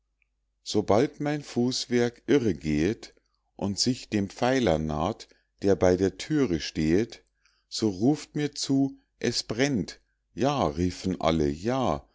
sobald mein fußwerk irre gehet und sich dem pfeiler naht der bei der thüre stehet so ruft mir zu es brennt ja riefen alle ja